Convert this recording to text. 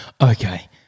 Okay